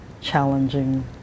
challenging